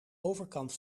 overkant